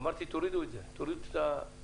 אמרתי: תורידו את זה, תורידו את ה-70%.